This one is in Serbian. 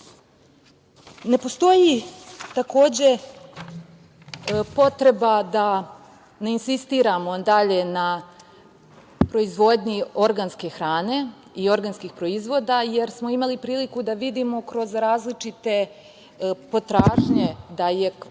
postoji takođe potreba da ne insistiramo dalje na proizvodnji organske hrane i organskih proizvoda, jer smo imali priliku da vidimo kroz različite potražnje da je potreba